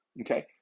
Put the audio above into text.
okay